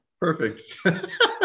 Perfect